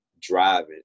driving